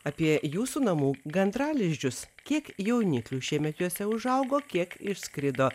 apie jūsų namų gandralizdžius kiek jauniklių šiemet jose užaugo kiek išskrido